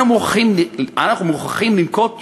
אנחנו מוכרחים לנקוט יוזמה,